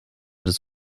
des